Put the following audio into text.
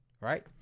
right